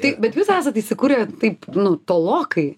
taip bet jūs esat įsikūrę taip nu tolokai